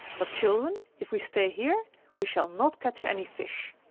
but, children, if we stay here we shall not catch any fish.